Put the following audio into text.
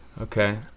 Okay